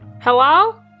Hello